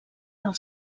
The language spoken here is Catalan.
del